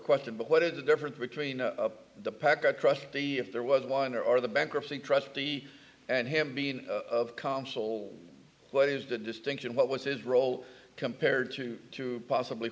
requested but what is the difference between a packet trust day if there was one or the bankruptcy trustee and him being of console what is the distinction what was his role compared to to possibly